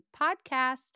podcast